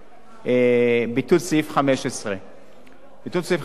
ביטול סעיף 15. ביטול סעיף 15 בחוק הנוער (טיפול